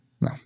No